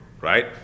right